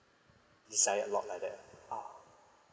it's like a lot like that ah ah